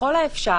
ככל האפשר,